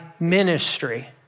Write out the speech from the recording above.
Ministry